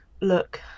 look